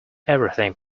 everything